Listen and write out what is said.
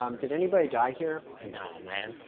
um did anybody die here? no, man.